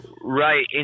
Right